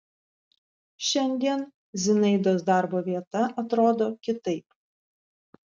šiandien zinaidos darbo vieta atrodo kitaip